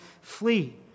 flee